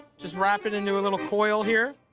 just wrap it into a little coil here.